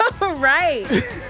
Right